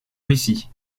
russie